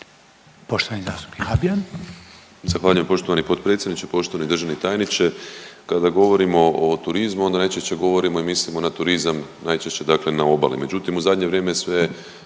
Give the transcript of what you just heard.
Poštovani zastupnik Habijan.